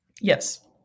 yes